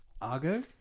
Argo